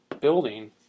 building